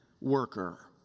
worker